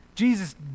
Jesus